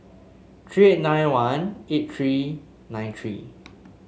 three eight nine one eight three nine three